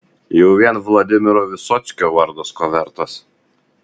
jau vien vladimiro vysockio vardas ko vertas